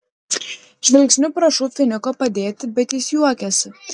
žvilgsniu prašau finiko padėti bet jis juokiasi